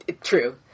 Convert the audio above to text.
True